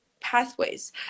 pathways